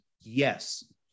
Yes